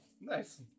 Nice